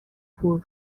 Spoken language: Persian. پول